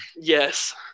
Yes